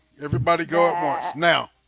everybody got marks now